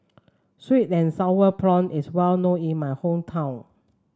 sweet and sour prawn is well known in my hometown